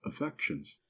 affections